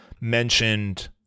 mentioned